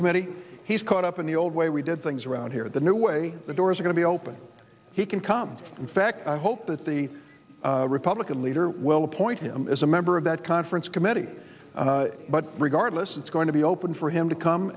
committee he's caught up in the old way we did things around here the new way the door is going to be open he can come in fact i hope that the republican leader will appoint him as a member of that conference committee but regardless it's going to be open for him to come